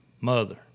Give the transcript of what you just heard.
mother